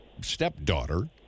stepdaughter